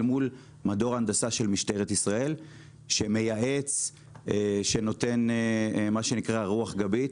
מול מדור הנדסה של משטרת ישראל שמייעץ ונותן מה שנקרא רוח גבית.